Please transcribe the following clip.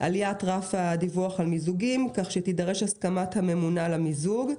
עליית רף הדיווח על מיזוגים כך שתידרש הסכמת הממונה למיזוג.